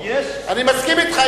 אני מסכים אתך,